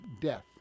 death